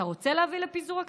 אתה רוצה להביא לפיזור הכנסת?